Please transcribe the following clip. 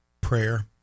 Prayer